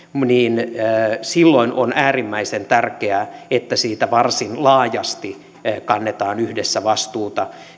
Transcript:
niin silloin on äärimmäisen tärkeää että siitä varsin laajasti kannetaan yhdessä vastuuta